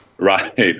Right